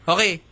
Okay